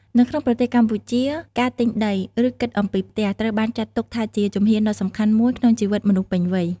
នៅក្នុងប្រទេសកម្ពុជាការទិញដី ឬគិតអំពីផ្ទះ ត្រូវបានចាត់ទុកថាជាជំហានដ៏សំខាន់មួយក្នុងជីវិតមនុស្សពេញវ័យ។